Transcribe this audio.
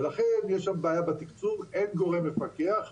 ולכן יש שם בעיה בתקצוב, אין גורם מפקח משמעותי.